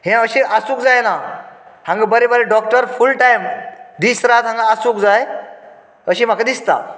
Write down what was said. हें अशें आसूंक जायना हांगा बरें बरें डोक्टर फूल टायम दीस रात हांगा आसूंक जाय अशें म्हाका दिसता